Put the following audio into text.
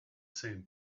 same